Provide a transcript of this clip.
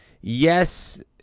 Yes